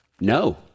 No